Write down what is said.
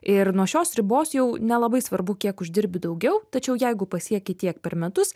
ir nuo šios ribos jau nelabai svarbu kiek uždirbi daugiau tačiau jeigu pasieki tiek per metus